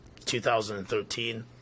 2013